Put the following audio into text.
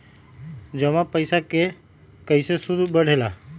जमा पईसा के कइसे सूद बढे ला?